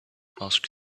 asked